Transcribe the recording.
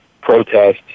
protests